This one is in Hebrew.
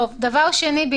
דבר נוסף,